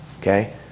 Okay